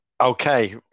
Okay